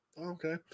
Okay